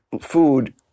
food